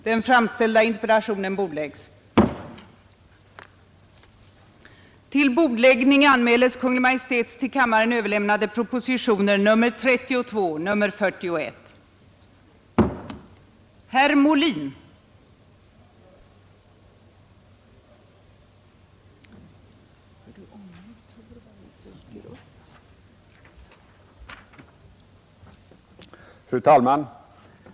Herr talman!